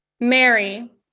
Mary